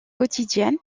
quotidienne